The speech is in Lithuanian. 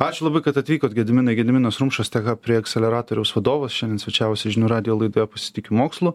ačiū labai kad atvykot gediminai gediminas rumšas tech hub preakceleratoriaus vadovas šiandien svečiavosi žinių radijo laidoje pasitikiu mokslu